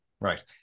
Right